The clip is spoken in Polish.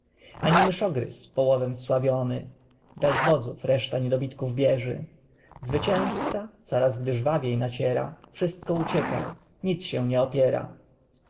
ani myszogryz połowem wsławiony bez wodzów reszta niedobitków bieży zwyciężca coraz gdy żwawiej naciera wszystko ucieka nic się nie opiera